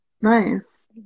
nice